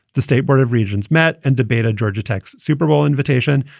the state board of regents met and debated georgia tech's super bowl invitation.